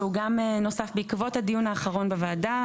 שהוא גם נוסף בעקבות הדיון האחרון בוועדה.